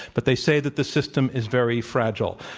but they say that the system is very fragile,